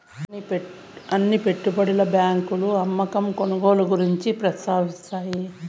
అన్ని పెట్టుబడి బ్యాంకులు అమ్మకం కొనుగోలు గురించి ప్రస్తావిస్తాయి